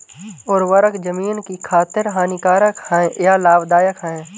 उर्वरक ज़मीन की खातिर हानिकारक है या लाभदायक है?